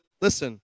listen